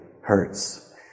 hurts